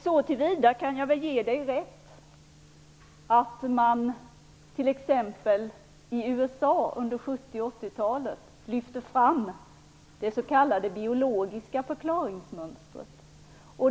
Så till vida kan jag väl ge Chris Heister rätt att man t.ex. i USA under 70 och 80-talen lyfte fram det s.k. biologiska förklaringsmönstret.